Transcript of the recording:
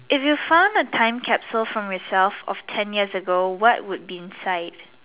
if you found a time capsule from yourself of ten years ago what would be inside